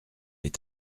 est